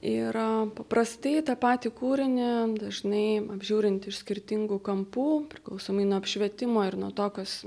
ir paprastai tą patį kūrinį dažnai apžiūrint iš skirtingų kampų priklausomai nuo apšvietimo ir nuo to kas